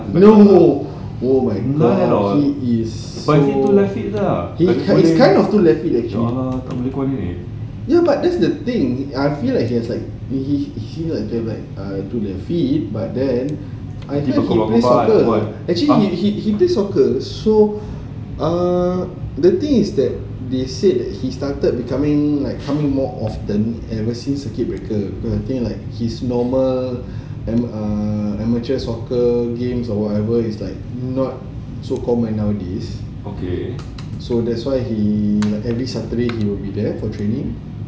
no oh my god he is he is kind of two left feet actually ya but that's the thing I feel like he's like he he okay like two left feet but then I think he plays soccer actually he he plays soccer so ah the thing is that they said he started coming like more often ever since circuit breaker I think like his normal amateur soccer games or whatever is like so common nowadays so that's why he every saturday will be there for training